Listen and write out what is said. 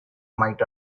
might